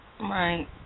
Right